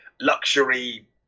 luxury